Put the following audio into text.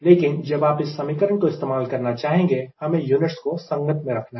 लेकिन जब आप इस समीकरण को इस्तेमाल करना चाहेंगे हमें यूनिट्स को संगत में रखना है